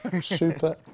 Super